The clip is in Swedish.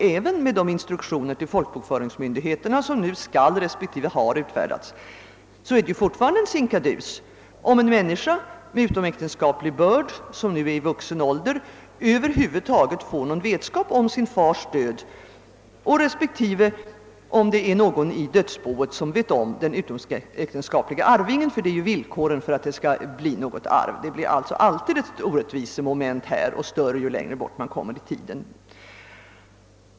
även med de instruktioner till folkbokföringsmyndigheterna, som nu skall utfärdas respektive har utfärdats, är det fortfarande en sinkadus, om en människa med utomäktenskaplig börd över huvud taget får vetskap om sin fars död, respektive om någon i dödsboet vet om den utomäktenskaplige arvingen, ty det är ju villkoren för att det skall bli något arv. Det blir sålunda alltid ett visst orättvisemoment här — större ju längre bort man kommer i tiden.